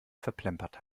verplempert